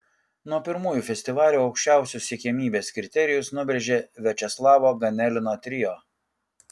nuo pirmųjų festivalių aukščiausius siekiamybės kriterijus nubrėžė viačeslavo ganelino trio